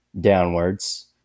downwards